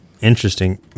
Interesting